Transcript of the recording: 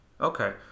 Okay